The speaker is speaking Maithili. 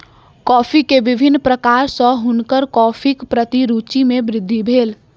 कॉफ़ी के विभिन्न प्रकार सॅ हुनकर कॉफ़ीक प्रति रूचि मे वृद्धि भेल